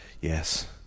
Yes